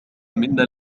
منا